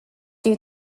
due